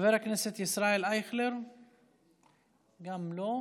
חבר הכנסת ישראל אייכלר, גם לא.